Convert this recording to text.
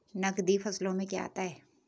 नकदी फसलों में क्या आता है?